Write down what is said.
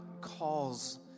calls